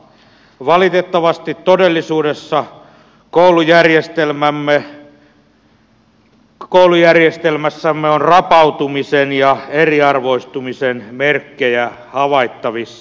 valitettavasti todellisuudessa koulujärjestelmässämme on rapautumisen ja eriarvoistumisen merkkejä havaittavissa